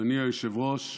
אדוני היושב-ראש,